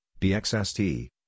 bxst